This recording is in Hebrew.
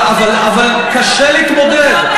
אבל קשה להתמודד.